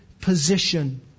position